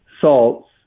salts